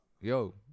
yo